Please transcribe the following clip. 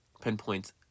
pinpoints